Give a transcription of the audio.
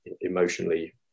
emotionally